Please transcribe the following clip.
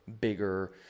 bigger